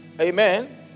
Amen